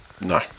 no